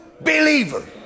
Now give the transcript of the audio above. believer